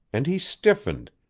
and he stiffened,